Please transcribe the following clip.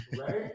Right